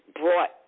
brought